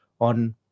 on